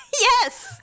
Yes